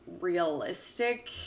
realistic